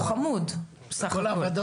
הוא חמוד, בסך הכל.